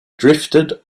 drifted